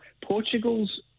portugal's